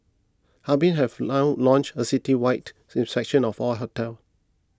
Harbin have now launched a citywide inspection of all hotels